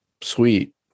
sweet